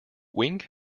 wink